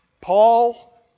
Paul